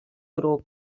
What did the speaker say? grup